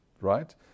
right